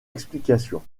explication